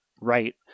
right